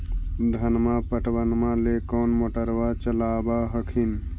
धनमा पटबनमा ले कौन मोटरबा चलाबा हखिन?